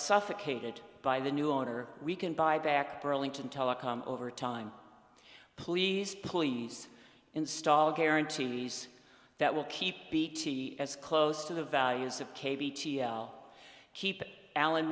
suffocated by the new owner we can buy back burlington telecom over time please please install guarantees that will keep bt as close to the values of keep alan